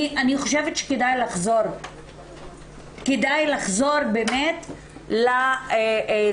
אני חושבת שכדאי לחזור באמת לסיבה